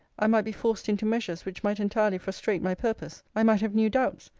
i might be forced into measures, which might entirely frustrate my purpose. i might have new doubts.